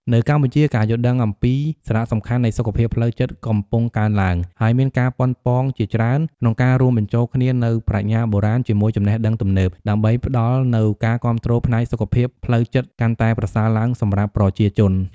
នៅកម្ពុជា ការយល់ដឹងអំពីសារៈសំខាន់នៃសុខភាពផ្លូវចិត្តកំពុងកើនឡើង ហើយមានការប៉ុនប៉ងជាច្រើនក្នុងការរួមបញ្ចូលគ្នានូវប្រាជ្ញាបុរាណជាមួយចំណេះដឹងទំនើប ដើម្បីផ្តល់នូវការគាំទ្រផ្នែកសុខភាពផ្លូវចិត្តកាន់តែប្រសើរឡើងសម្រាប់ប្រជាជន។